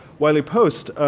wiley post